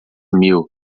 mil